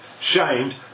shamed